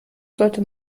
sollte